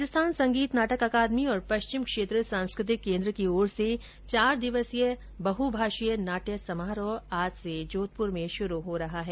राजस्थान संगीत नाटक अकादमी और पश्चिम क्षेत्र सांस्कृतिक केन्द्र की ओर से चार दिवसीय बहभाषीय नाट्य समारोह आज से जोधपुर में शुरू हो रहा है